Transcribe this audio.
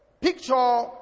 picture